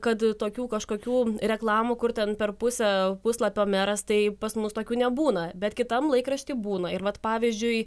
kad tokių kažkokių reklamų kur ten per pusę puslapio meras tai pas mus tokių nebūna bet kitam laikrašty būna ir vat pavyzdžiui